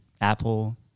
Apple